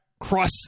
cross